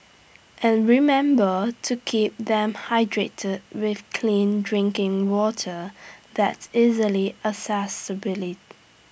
and remember to keep them hydrated with clean drinking water that's easily accessibly